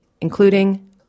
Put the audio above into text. including